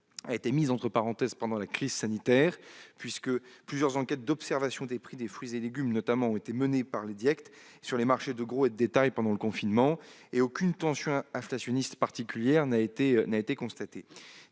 a été mise entre parenthèses pendant la crise sanitaire. Plusieurs enquêtes d'observation des prix des fruits et légumes ont été menées par les Direccte sur les marchés de gros et de détail pendant le confinement. Aucune tension inflationniste particulière n'a été constatée.